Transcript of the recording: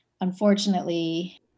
Unfortunately